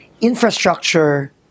infrastructure